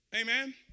Amen